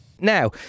Now